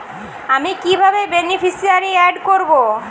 আমি কিভাবে beneficiary add করব?